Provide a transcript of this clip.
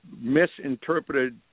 misinterpreted